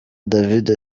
david